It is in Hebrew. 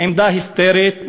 עמדה היסטרית.